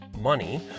money